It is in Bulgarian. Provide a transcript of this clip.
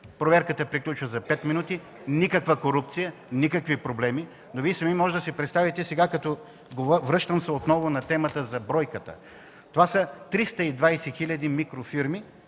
проверката приключва за 5 минути, никаква корупция, никакви проблеми. Но Вие сами можете да си представите, връщам се отново на темата за бройката – това са 320 хиляди микрофирми